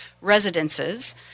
residences